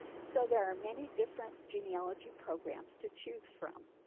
so there are many different genealogy programs to choose from.